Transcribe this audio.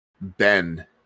Ben